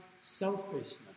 selfishness